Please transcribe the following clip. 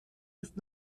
ist